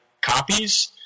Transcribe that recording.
copies